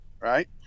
right